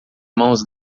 mãos